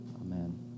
Amen